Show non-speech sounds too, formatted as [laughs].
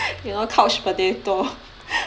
[laughs] you know couch potato [laughs]